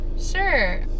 Sure